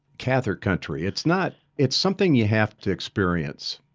catholic country. it's not. it's something you have to experience.